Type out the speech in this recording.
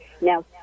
now